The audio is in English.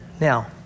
Now